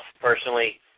Personally